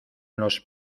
los